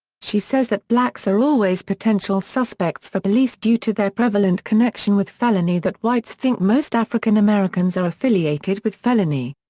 she says that blacks are always potential suspects for police due to their prevalent connection with felony that whites think most african americans are affiliated with felony.